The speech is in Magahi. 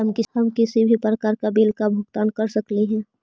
हम किसी भी प्रकार का बिल का भुगतान कर सकली हे?